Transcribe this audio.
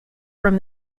from